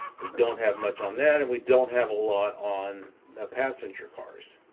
we don't have much on that. and we don't have a lot on passenger cars.